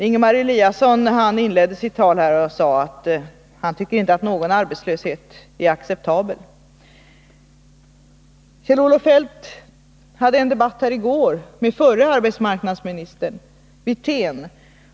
Ingemar Eliasson inledde sitt anförande med att säga att han inte tycker att någon arbetslöshet är acceptabel. Kjell-Olof Feldt förde i går en debatt med förre arbetsmarknadsministern Wirtén.